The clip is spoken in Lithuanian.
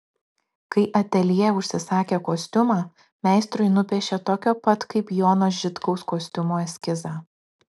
kai ateljė užsisakė kostiumą meistrui nupiešė tokio pat kaip jono žitkaus kostiumo eskizą